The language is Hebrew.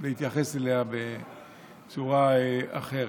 להתייחס אליה בצורה אחרת.